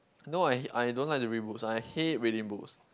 no I hate I don't like to read books I hate reading books